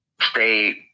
stay